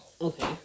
okay